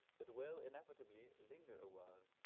but will inevitably linger awhile,